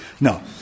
No